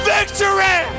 Victory